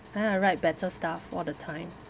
then I write better stuff all the time